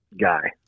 guy